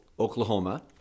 Oklahoma